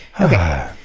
Okay